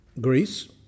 Greece